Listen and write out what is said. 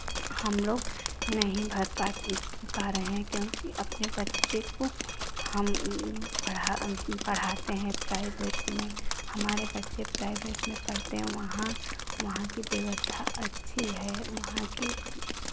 हम लोग नहीं भर पा पा रहे हैं क्योंकि अपने बच्चे को हम पढ़ा पढ़ाते हैं प्राइवेट में हमारे बच्चे प्राइवेट में पढ़ते हैं वहाँ वहाँ की व्यवस्था अच्छी है वहाँ की